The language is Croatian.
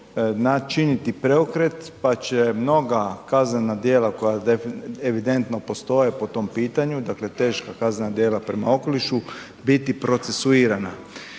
načiniti preokret pa će mnoga kaznena djela koja evidentno postoje po tom pitanju, dakle teška kaznena djela prema okolišu, biti procesuirana.